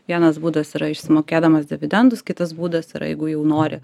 vienas būdas yra išsimokėdamas dividendus kitas būdas yra jeigu jau nori